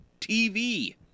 TV